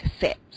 set